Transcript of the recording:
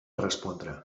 respondre